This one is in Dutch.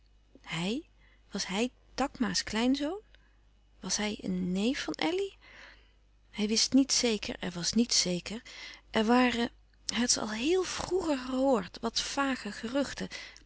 hij was hij takma's kleinzoon was hij een neef van elly hij wist niet zeker er was niets zeker er waren hij had ze al héel vroeger gehoord wat vage geruchten